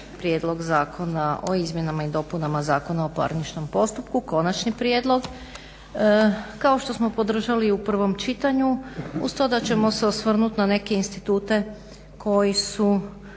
Prijedlog zakona o izmjenama i dopunama Zakona o parničnom postupku, konačni prijedlog, kao što smo podržali u prvom čitanju uz to da ćemo se osvrnut na neke institute koji su